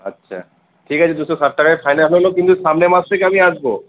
আচ্ছা ঠিক আছে দুশো ষাট টাকাই ফাইনাল হল কিন্তু সামনের মাস থেকে আমি আসবো